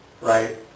right